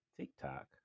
TikTok